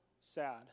sad